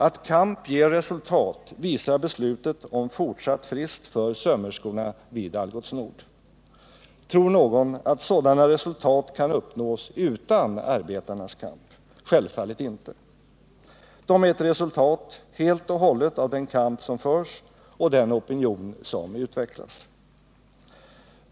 Att kamp ger resultat visar beslutet om fortsatt frist för sömmerskorna vid Algots Nord. Tror någon att sådana resultat kan uppnås utan arbetarnas kamp? Självfallet inte. De är ett resultat helt och hållet av den kamp som förs och den opinion som utvecklas.